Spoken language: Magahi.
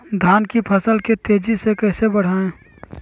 धान की फसल के तेजी से कैसे बढ़ाएं?